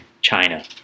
china